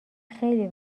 خیلی